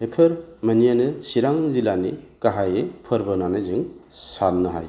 बेफोर मोननैआनो चिरां जिलानि गाहायै फोर्बो होन्नानै जों सान्नो हायो